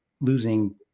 losing